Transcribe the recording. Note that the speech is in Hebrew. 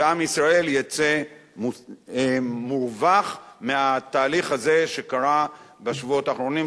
ועם ישראל יצא מורווח מהתהליך הזה שקרה בשבועות האחרונים,